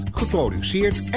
geproduceerd